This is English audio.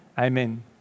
amen